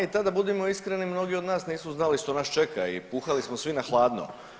I tada budimo iskreni mnogi od nas nisu znali što nas čeka i puhali smo svi na hladno.